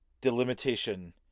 delimitation